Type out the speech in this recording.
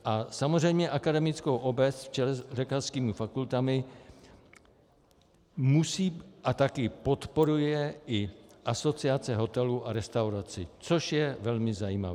A samozřejmě akademickou obec v čele s lékařskými fakultami musí a taky podporuje i Asociace hotelů a restaurací, což je velmi zajímavé.